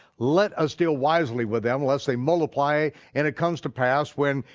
let us deal wisely with them lest they multiply and it comes to pass when,